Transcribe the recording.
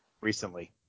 recently